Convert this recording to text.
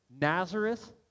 Nazareth